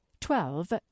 twelve